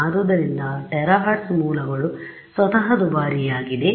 ಆದ್ದರಿಂದ ಟೆರಾಹೆರ್ಟ್ಜ್ ಮೂಲಗಳು ಸ್ವತಃ ದುಬಾರಿಯಾಗಿದೆ